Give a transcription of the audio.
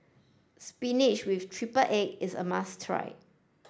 spinach with triple egg is a must try